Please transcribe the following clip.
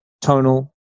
tonal